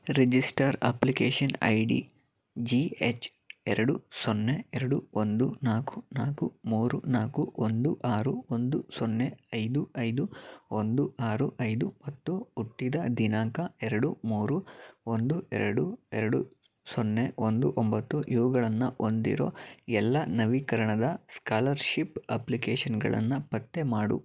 register application ID G H ಎರಡು ಸೊನ್ನೆ ಎರಡು ಒಂದು ನಾಲ್ಕು ನಾಲ್ಕು ಮೂರು ನಾಲ್ಕು ಒಂದು ಆರು ಒಂದು ಸೊನ್ನೆ ಐದು ಐದು ಒಂದು ಆರು ಐದು ಹತ್ತು ಹುಟ್ಟಿದ ದಿನಾಂಕ ಎರಡು ಮೂರು ಒಂದು ಎರಡು ಎರಡು ಸೊನ್ನೆ ಒಂದು ಒಂಬತ್ತು ಇವುಗಳನ್ನು ಹೊಂದಿರೋ ಎಲ್ಲ ನವೀಕರಣದ ಸ್ಕಾಲರ್ಶಿಪ್ ಅಪ್ಲಿಕೇಶನ್ಗಳನ್ನು ಪತ್ತೆ ಮಾಡು